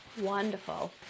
Wonderful